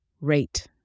Rate